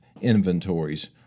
inventories